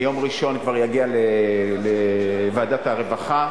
ביום ראשון זה כבר יגיע לוועדת הרווחה.